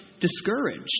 discouraged